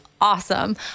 awesome